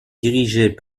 dirigées